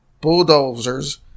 Bulldozers